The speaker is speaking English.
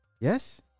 Yes